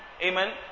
Amen